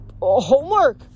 Homework